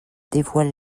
dévoile